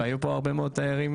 היו פה הרבה מאוד תיירים.